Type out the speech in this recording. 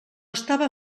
estava